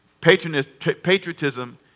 Patriotism